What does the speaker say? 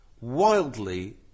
Wildly